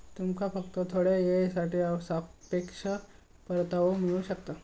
तुमका फक्त थोड्या येळेसाठी सापेक्ष परतावो मिळू शकता